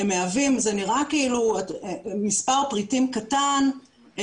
זה נראה כאילו מספר פריטים קטן,